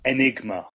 Enigma，